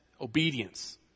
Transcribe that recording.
obedience